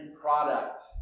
product